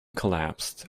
collapsed